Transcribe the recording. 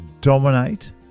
dominate